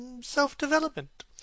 self-development